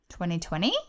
2020